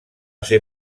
ser